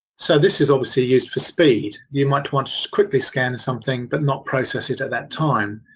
so this is obviously used for speed. you might want to quickly scan something but not process it at that time.